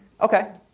Okay